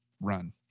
run